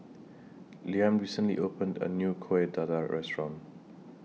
Liam recently opened A New Kuih Dadar Restaurant